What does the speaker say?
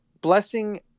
blessing